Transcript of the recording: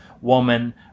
woman